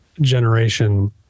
generation